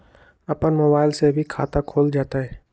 अपन मोबाइल से भी खाता खोल जताईं?